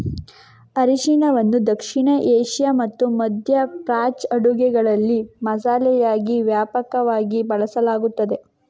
ಅರಿಶಿನವನ್ನು ದಕ್ಷಿಣ ಏಷ್ಯಾ ಮತ್ತು ಮಧ್ಯ ಪ್ರಾಚ್ಯ ಅಡುಗೆಗಳಲ್ಲಿ ಮಸಾಲೆಯಾಗಿ ವ್ಯಾಪಕವಾಗಿ ಬಳಸಲಾಗುತ್ತದೆ